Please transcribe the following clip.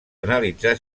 analitzar